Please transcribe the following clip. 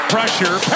Pressure